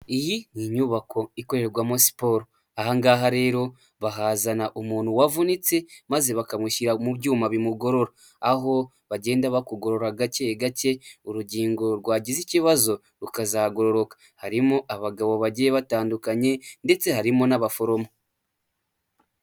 Iyi ni inyubako ikorerwamo siporo. Aha ngaha rero, bahazana umuntu wavunitse, maze bakamushyira mu byuma bimugorora, aho bagenda bakugorora gake gake, urugingo rwagize ikibazo rukazagororoka. Harimo abagabo bagiye batandukanye ndetse harimo n'abaforomo.